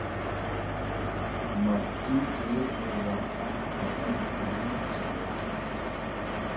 मट्टी के उर्वरता खतम हो जाला